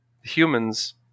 humans